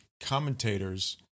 commentators